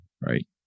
Right